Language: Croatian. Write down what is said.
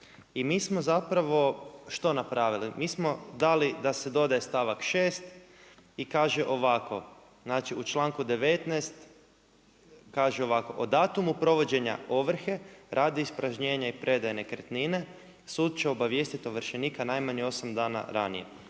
i mi smo zapravo što napravili? Mi smo dali da se dodaje stavak 6., i kaže ovako znači u članku 19., kaže o ovako: „O datumu provođenja ovrhe radi ispražnjenja i predaje nekretnine, sud će obavijestiti najmanje 8 dana ranije.“